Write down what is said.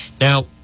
Now